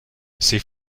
c’est